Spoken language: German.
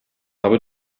habe